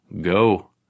Go